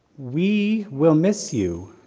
we will miss you,